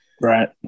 Right